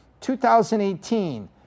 2018